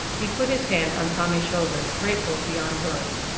he put his hand on tommy's shoulder, grateful beyond words.